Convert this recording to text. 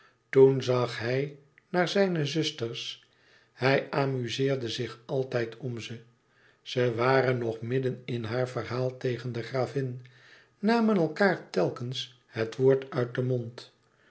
toen zag hij naar zijne zusters hij amuzeerde zich altijd om ze ze waren nog midden in haar verhaal tegen de gravin namen elkaâr telkens het woord uit den mond